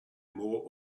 more